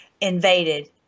invaded